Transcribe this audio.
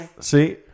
See